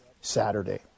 Saturday